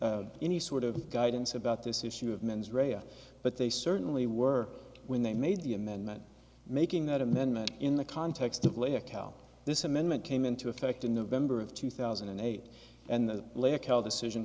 any sort of guidance about this issue of mens rea but they certainly were when they made the amendment making that amendment in the context of later cal this amendment came into effect in november of two thousand and eight and th